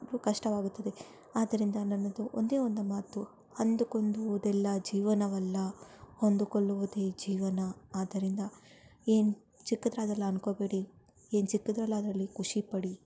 ಕಷ್ಟವಾಗುತ್ತದೆ ಆದ್ದರಿಂದ ನನ್ನದು ಒಂದೇ ಒಂದು ಮಾತು ಅಂದುಕೊಂದುವುದೆಲ್ಲ ಜೀವನವಲ್ಲ ಹೊಂದುಕೊಳ್ಳುವುದೇ ಜೀವನ ಆದ್ದರಿಂದ ಏನು ಚಿಕ್ಕದ್ರ ಅದಲ್ಲ ಅನ್ಕೋಬೇಡಿ ಏನು ಸಿಕ್ಕದ್ರಲ್ಲಿ ಅದರಲ್ಲಿ ಖುಷಿಪಡಿ